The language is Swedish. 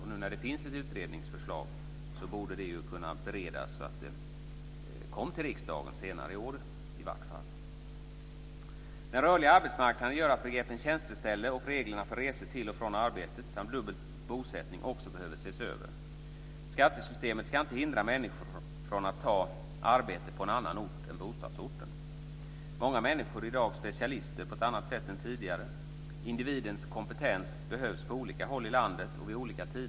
Nu när det finns ett utredningsförslag borde det kunna beredas så att det kommer till riksdagen senare i år i varje fall. Den rörliga arbetsmarknaden gör att begreppet tjänsteställe och reglerna för resor till och från arbetet samt frågan om dubbel bosättning också behöver ses över. Skattesystemet ska inte hindra människor från att ta ett arbete på annan ort än bostadsorten. Många människor är i dag specialister på ett annat sätt än tidigare. Individens kompetens behövs på olika håll i landet och vid olika tider.